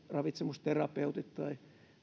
ravitsemusterapeutit tai